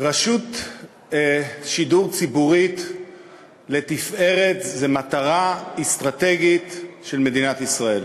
רשות שידור ציבורית לתפארת זה מטרה אסטרטגית של מדינת ישראל.